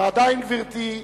ועדיין, גברתי,